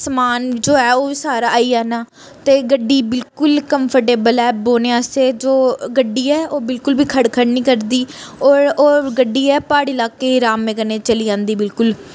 समान जो ऐ ओह् बी सारा आई जाना ते गड्डी बिलकुल कम्फ़र्टेबल ऐ बौह्णे आस्ते जो गड्डी ऐ ओह् बिलकुल बी खड़ खड़ नि करदी होर होर ओह् गड्डी ऐ प्हाड़ी लाके अरामै कन्नै चली जंदी बिलकुल